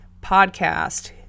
podcast